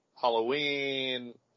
Halloween